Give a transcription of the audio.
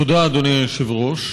תודה, אדוני היושב-ראש.